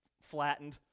flattened